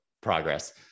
progress